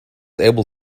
able